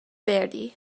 verdi